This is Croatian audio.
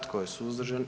Tko je suzdržan?